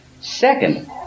Second